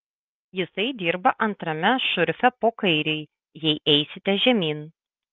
jisai dirba antrame šurfe po kairei jei eisite žemyn